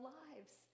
lives